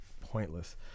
pointless